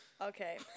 Okay